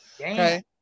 Okay